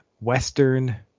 Western